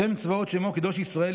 השם צבאות שמו קדוש ישראל,